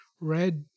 red